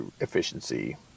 efficiency